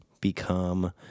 become